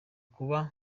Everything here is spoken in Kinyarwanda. kuba